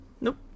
Nope